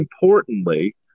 importantly